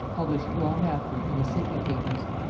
published long after in the sidney papers.